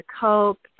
cope